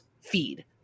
feed